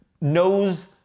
knows